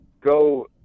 Go